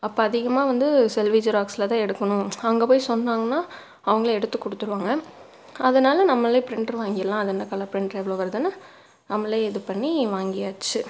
அப்போ அதிகமாக வந்து செல்வி ஜெராக்ஸ்சில் தான் எடுக்கணும் அங்கே போய் சொன்னாங்கன்னால் அவர்களே எடுத்து கொடுத்துருவாங்க அதனால நம்மளே பிரிண்டர் வாங்கிடலாம் அது என்ன கலர் பிரிண்டர் எவ்வளோ வருதுன்னு தானே நம்மளே இது பண்ணி வாங்கியாச்சு